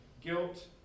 Guilt